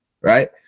right